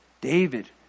David